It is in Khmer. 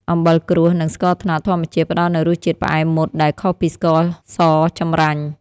អំបិលគ្រួស និងស្ករត្នោតធម្មជាតិផ្ដល់នូវរសជាតិផ្អែមមុតដែលខុសពីស្ករសចម្រាញ់។